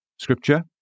Scripture